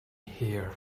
here